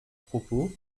propos